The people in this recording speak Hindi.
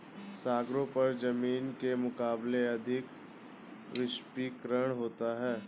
सागरों पर जमीन के मुकाबले अधिक वाष्पीकरण होता है